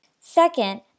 Second